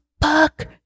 fuck